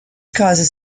causes